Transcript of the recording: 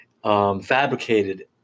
Fabricated